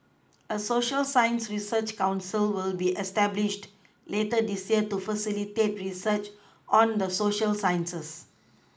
a Social science research council will be established later this year to facilitate research on the Social sciences